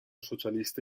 socialista